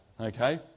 Okay